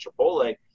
Chipotle